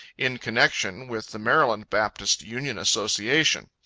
in connection with the maryland baptist union association.